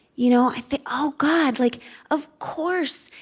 you know i think, oh, god, like of course.